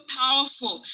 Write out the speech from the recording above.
powerful